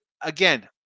again